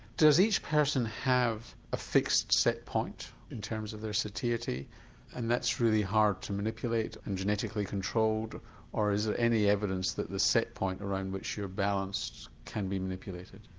does each person have a fixed set point in terms of their satiety and that's really hard to manipulate and genetically controlled or is there ah any evidence that the set point around which your balance can be manipulated?